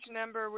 number